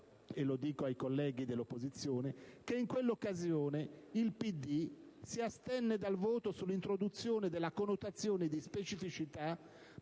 e lo dico ai colleghi dell'opposizione - che in quell'occasione il PD si astenne dal voto sull'introduzione della connotazione di specificità,